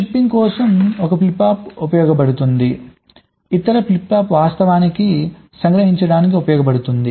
shifting కోసం ఒక flip flop ఉపయోగించబడుతుంది ఇతర ఫ్లిప్ ఫ్లాప్ వాస్తవానికి సంగ్రహించడానికి ఉపయోగించబడుతుంది